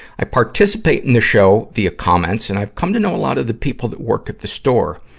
i participate in the show via comments and i've come to know a lot of the people that work at the store.